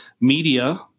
media